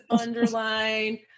underline